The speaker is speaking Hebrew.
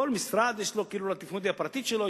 לכל משרד יש הלטיפונדיה הפרטית שלו,